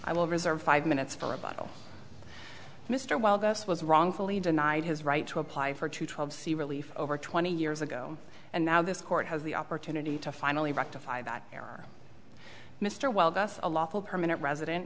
i will reserve five minutes for a bottle mr while this was wrongfully denied his right to apply for two twelve c relief over twenty years ago and now this court has the opportunity to finally rectify that error mr wild guess a lot of permanent resident